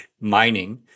mining